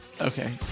Okay